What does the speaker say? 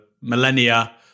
millennia